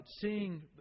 seeing